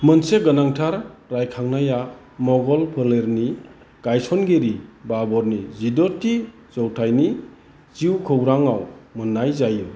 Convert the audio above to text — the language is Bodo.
मोनसे गोनांथार रायखांनाया मुगल फोलेरनि गायस'नगिरि बाबरनि जिद'थि जौथाइनि जिउखौरांआव मोननाय जायो